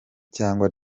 cyangwa